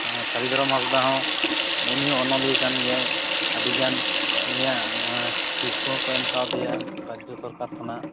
ᱥᱟᱹᱨᱤ ᱫᱷᱚᱨᱚᱢ ᱦᱟᱸᱥᱫᱟ ᱦᱚᱸ ᱩᱱᱤ ᱦᱚᱸ ᱚᱱᱚᱞᱤᱭᱟᱹ ᱠᱟᱱ ᱜᱮᱭᱟᱭ ᱟᱹᱰᱤ ᱜᱟᱱ ᱱᱩᱭᱟᱜ ᱥᱤᱨᱯᱟᱹ ᱦᱚᱠᱚ ᱮᱢ ᱟᱠᱟᱣᱟᱫᱮᱭᱟ ᱨᱟᱡᱽᱡᱚ ᱥᱚᱨᱠᱟᱨ ᱠᱷᱚᱱᱟᱜ